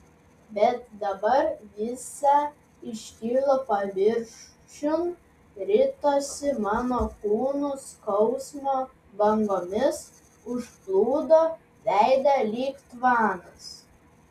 bet dabar visa iškilo paviršiun ritosi mano kūnu skausmo bangomis užplūdo veidą lyg tvanas